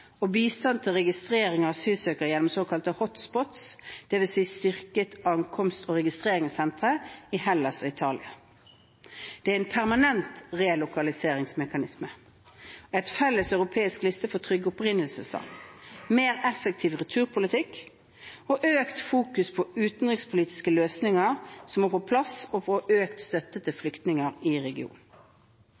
og bistand til registreringen av asylsøkere gjennom såkalte «hot spots», dvs. styrkede ankomst- og registreringssentre – i Hellas og i Italia en permanent relokaliseringsmekanisme en felles europeisk liste for trygge opprinnelsesland mer effektiv returpolitikk økt fokus på de utenrikspolitiske løsningene som må på plass, og økt støtte til flyktninger i regionen